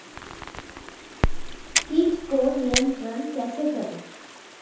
कीट को नियंत्रण कैसे करें?